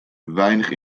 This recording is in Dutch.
weinig